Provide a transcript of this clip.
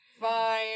Fine